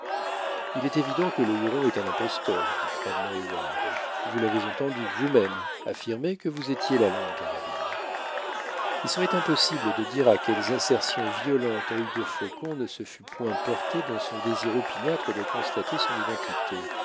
il est évident que le huron est un imposteur dit froidement heyward vous l'avez entendu vous-même affirmer que vous étiez la longue carabine il serait impossible de dire à quelles assertions violentes œil de faucon ne se fût point porté dans son désir opiniâtre de constater son identité